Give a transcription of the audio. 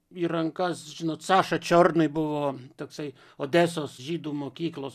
į rankas žinot saša čiornyj buvo toksai odesos žydų mokyklos